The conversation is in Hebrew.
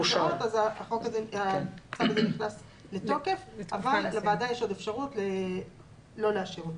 הצו הזה נכנס לתוקף ולוועדה יש עוד אפשרות לא לאשר אותו.